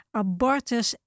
abortus